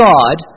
God